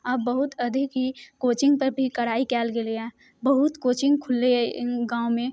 आब बहुत अधिक ही कोचिंगपर भी कड़ाइ कयल गेलैए बहुत कोचिंग खुललैय गाँवमे